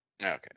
Okay